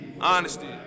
honesty